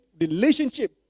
relationship